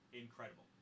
Incredible